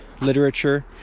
literature